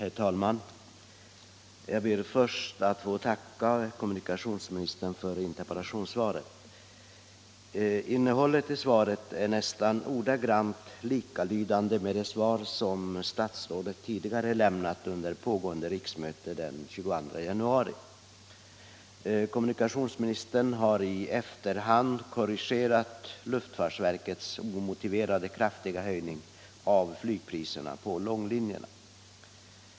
Herr talman! Jag ber först att få tacka kommunikationsministern för interpellationssvaret. Innehållet i svaret är nästan ordagrant likalydande med det svar som statsrådet tidigare lämnat under pågående riksmöte den 22 januari i år. Kommunikationsministern har i efterhand korrigerat luftfartsverkets omotiverat kraftiga höjning av flygpriserna på långlinjerna.